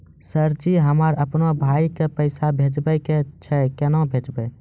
Sir ji हमरा अपनो भाई के पैसा भेजबे के छै, केना भेजबे?